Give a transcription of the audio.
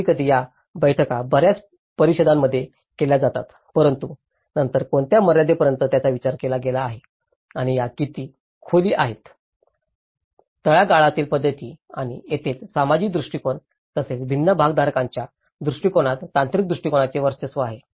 कधीकधी या बैठका बर्याच परिषदांमध्ये केल्या जातात परंतु नंतर कोणत्या मर्यादेपर्यंत याचा विचार केला गेला आहे आणि या किती खोली आहेत तळागाळातील पध्दती आणि येथेच सामाजिक दृष्टिकोन तसेच भिन्न भागधारकांच्या दृष्टीकोनात तांत्रिक दृष्टिकोनाचे वर्चस्व आहे